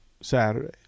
Saturday